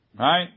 Right